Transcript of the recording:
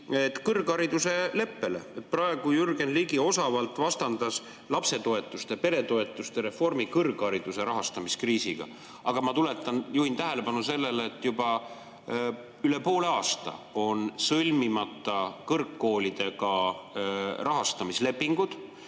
turundustegevus. Praegu Jürgen Ligi osavalt vastandas lapsetoetuste, peretoetuste reformi, kõrghariduse rahastamiskriisiga. Aga ma tuletan meelde, juhin tähelepanu sellele, et juba üle poole aasta on sõlmimata kõrgkoolidega rahastamislepingud.